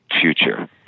future